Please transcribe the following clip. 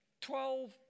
twelve